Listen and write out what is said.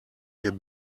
der